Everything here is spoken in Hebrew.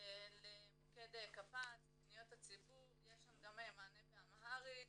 למוקד --- פניות הציבור, יש שם גם מענה באמהרית.